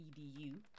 Edu